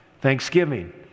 Thanksgiving